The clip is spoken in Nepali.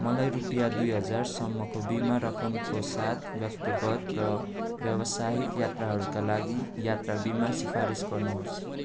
मलाई रुपियाँ दुई हजारसम्मको बिमा रकमको साथ व्यक्तिगत र व्यावसायिक यात्राहरूका लागि यात्रा बिमा सिफारिस गर्नुहोस्